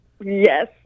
Yes